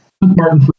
Martin